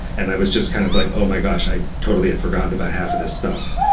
and i was just kind of like, oh my gosh! i totally had forgotten about half of this stuff.